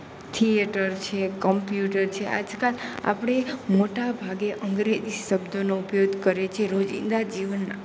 theatre છે computer છે આજકાલ આપણે મોટા ભાગે અંગ્રેજી શબ્દોનો ઉપયોગ કરીએ છીએ રોજિંદા જીવનના